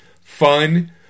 fun